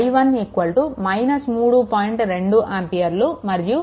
2 ఆంపియర్లు మరియు i2 2